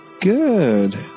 Good